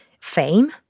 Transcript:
fame